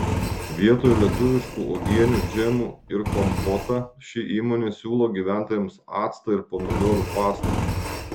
vietoj lietuviškų uogienių džemų ir kompotą ši įmonė siūlo gyventojams actą ir pomidorų pastą